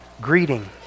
greeting